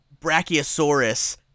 Brachiosaurus